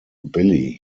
billy